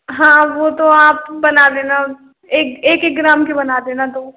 हाँ वो तो आप बना देना एक एक ग्राम के बना देना दो